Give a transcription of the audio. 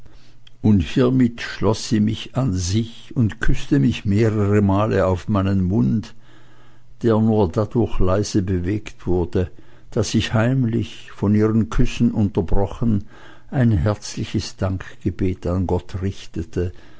und hiemit schloß sie mich an sich und küßte mich mehrere male auf meinen mund der nur dadurch leise bewegt wurde daß ich heimlich von ihren küssen unterbrochen ein herzliches dankgebet an gott richtete